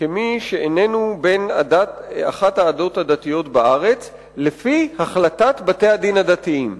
כמי שאיננו בן אחת העדות הדתיות בארץ לפי החלטת בתי-הדין הדתיים.